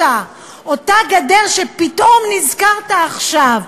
אותה גדר שפתאום נזכרת עכשיו,